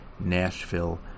Nashville